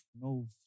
no